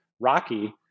Rocky